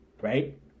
Right